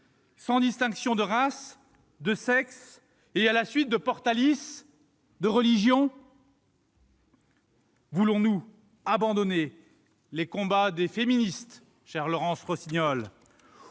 sans distinction de race, de sexe et, à la suite de Portalis, de religion ? Voulons-nous abandonner les combats des féministes, chère Laurence Rossignol ?